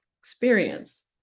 experience